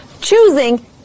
choosing